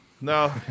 No